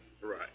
Right